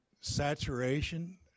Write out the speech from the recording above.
saturation